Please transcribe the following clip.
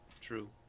True